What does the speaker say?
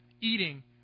eating